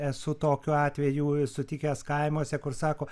esu tokių atvejų sutikęs kaimuose kur sako